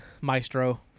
maestro